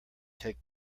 take